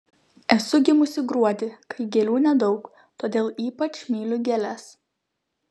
esu gimusi gruodį kai gėlių nedaug todėl ypač myliu gėles